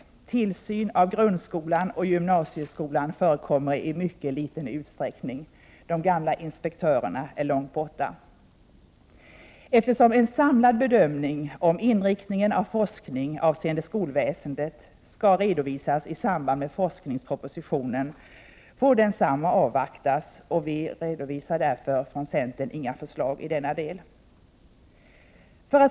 Det förekommer i mycket liten utsträckning tillsyn av arbetet i gymnasieskolan och grundsko lan. De gamla inspektörerna är långt borta. Eftersom en samlad bedömning när det gäller inriktningen av forskning avseende skolväsendet skall redovisas i samband med forskningspropositionen, får densamma avvaktas. Vi från centerns sida redovisar därför inga förslag i denna del.